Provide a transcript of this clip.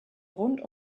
rund